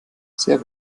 sehr